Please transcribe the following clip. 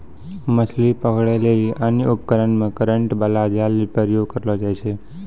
मछली पकड़ै लेली अन्य उपकरण मे करेन्ट बाला जाल भी प्रयोग करलो जाय छै